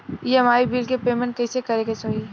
EMI bill के payment कइसे करे के होई?